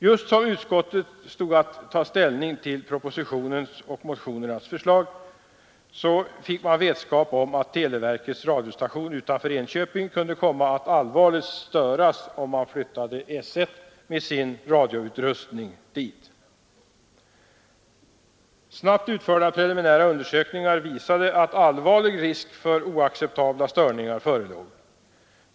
Just som utskottet skulle ta ställning till propositionen och motionernas förslag fick man vetskap om att televerkets radiostation utanför Enköping kunde komma att allvarligt störas, om man flyttade S 1 med dess radioutrustning dit. Snabbt utförda preliminära undersökningar visade att allvarlig risk för oacceptabla störningar förelåg.